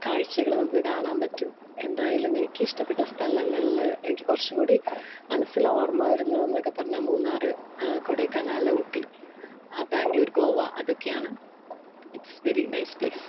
കാഴ്ചകള് നമുക്ക് കാണാന് പറ്റും എന്തായാലും എനിക്ക് ഇഷ്ടപ്പെട്ട സ്ഥലങ്ങളില് എനിക്ക് കുറച്ചുകൂടി മനസ്സില് ഓർമ വരുന്നതെന്നൊക്കെ പറഞ്ഞ മൂന്നാറ് കൊടൈക്കനാല് ഊട്ടി ബാംഗ്ലൂര് ഗോവ അതൊക്കെയാണ് ഇറ്റ്സ് വെരി നൈസ് പ്ലേസ്